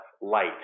light